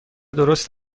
درست